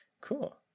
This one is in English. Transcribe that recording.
cool